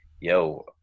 yo